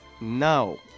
No